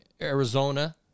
Arizona